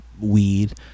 weed